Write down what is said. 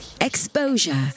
Exposure